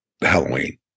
halloween